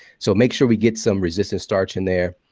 so make sure we get some resistant starch in there.